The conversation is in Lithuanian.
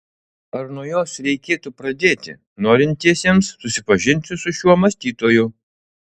ar nuo jos reikėtų pradėti norintiesiems susipažinti su šiuo mąstytoju